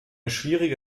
schwierige